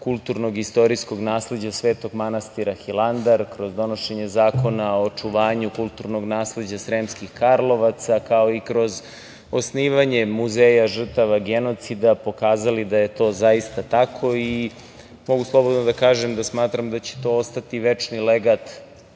kulturno-istorijskog nasleđa Svetog manastira Hilandar, donošenje Zakona o očuvanju kulturnog nasleđa Sremskih Karlovaca, kao i kroz osnivanje Muzeja žrtava genocida pokazali da je to zaista tako. Mogu slobodno da kažem da smatram da će to ostati večni legat